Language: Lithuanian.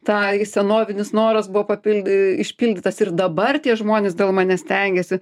tą į senovinis noras buvo papildy išpildytas ir dabar tie žmonės dėl manęs stengiasi